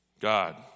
God